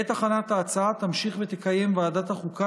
בעת הכנת ההצעה תמשיך ותקיים ועדת החוקה